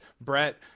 brett